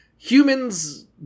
Humans